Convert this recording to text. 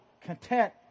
content